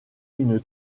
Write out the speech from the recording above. une